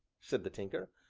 said the tinker.